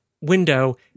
window